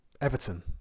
Everton